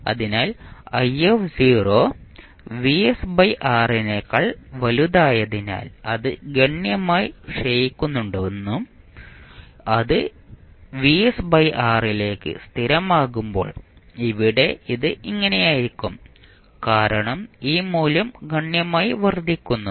അതിനാൽ i നേക്കാൾ വലുതായതിനാൽ അത് ഗണ്യമായി ക്ഷയിക്കുന്നുണ്ടെങ്കിലും ഇത് ലേക്ക് സ്ഥിരമാകുമ്പോൾ ഇവിടെ ഇത് ഇങ്ങനെയായിരിക്കും കാരണം ഈ മൂല്യം ഗണ്യമായി വർദ്ധിക്കുന്നു